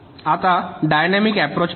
आता dynamic approach पाहू